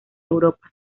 europa